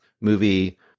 movie